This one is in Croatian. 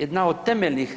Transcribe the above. Jedna od temeljnih